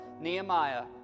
Nehemiah